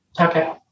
Okay